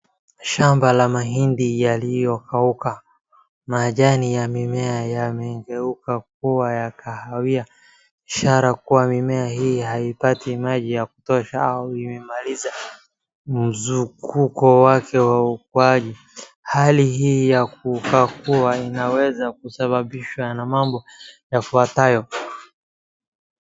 Shamba la mahindi yaliyo kauka, majani ya mimea yamegeuka na kuwa ya kahawia ishara kuwa mimea hii haipati maji ya kutosha au imemaliza mzukuko wake wa ukuaji hali hii ya kupakua inaweza kusababishwa na mambo yafuatayo.